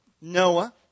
Noah